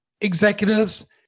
executives